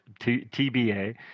TBA